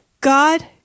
God